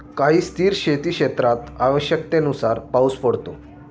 काही स्थिर शेतीक्षेत्रात आवश्यकतेनुसार पाऊस पडतो